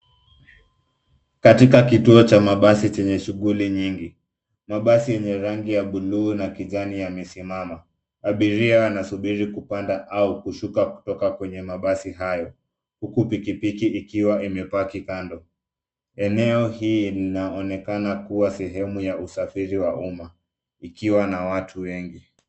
Katika kituo cha mabasi chenye shughuli nyingi. Mabasi yenye rangi ya bluu na kijani yamesimama. Abiria anasubiri kupanda au kushuka kutoka kwenye mabasi hayo, huku pikipiki ikiwa imepaki kando. Eneo hii linaonekana kuwa sehemu ya usafiri wa umma ikiwa na watu wengi.